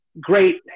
Great